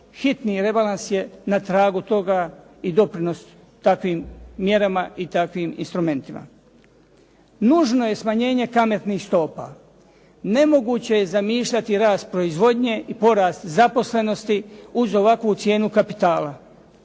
hitni rebalans je na tragu toga i doprinos takvim mjerama i takvim instrumentima. Nužno je smanjenje kamatnih stopa. Nemoguće je zamišljati rast proizvodnje i porast zaposlenosti uz ovakvu cijenu kapitala.